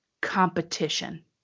competition